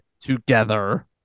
together